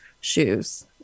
shoes